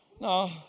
No